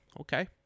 Okay